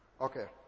Okay